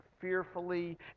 fearfully